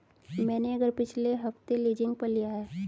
मैंने यह घर पिछले हफ्ते लीजिंग पर लिया है